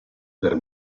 per